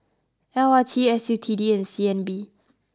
l R T S U T D and C N B